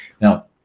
now